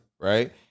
right